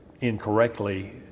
incorrectly